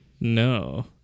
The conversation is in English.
No